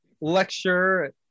lecture